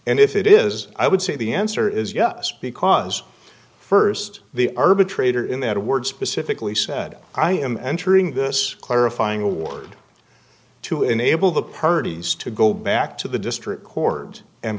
and if it is i would say the answer is yes because first the arbitrator in that award specifically said i am entering this clarifying award to enable the parties to go back to the district court and